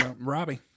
Robbie